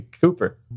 Cooper